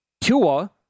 Tua